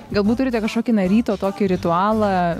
galbūt turite kažkokį na ryto tokį ritualą